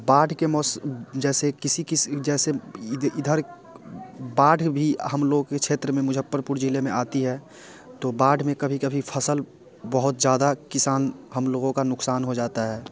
बाढ़ के मौस जैसे किसी किसी जैसे ई इधर बाढ़ भी हम लोग के क्षेत्र में मुज़्फ़्फ़रपुर ज़िले में आती है तो बाढ़ में कभी कभी फ़सल बहुत ज़्यादा किसान हम लोगों का नुक़सान हो जाता है